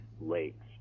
lakes